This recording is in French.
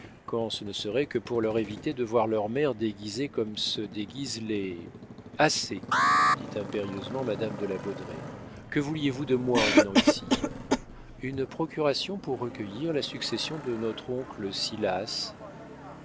quand ce ne serait que pour leur éviter de voir leur mère déguisée comme se déguisent les assez dit impérieusement madame de la baudraye que vouliez-vous de moi en venant ici une procuration pour recueillir la succession de notre oncle